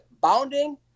bounding